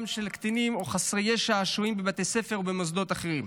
של קטינים או חסרי ישע השוהים בבתי ספר או במוסדות אחרים.